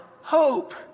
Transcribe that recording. hope